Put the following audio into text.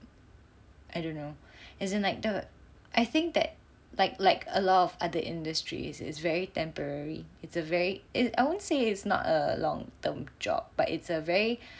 I don't know as in like the I think that like like a lot of other industries is very temporary it's a very I won't say is not a long term job but it's a very